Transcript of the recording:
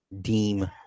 deem